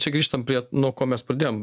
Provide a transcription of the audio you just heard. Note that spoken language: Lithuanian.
čia grįžtam prie nuo ko mes pradėjom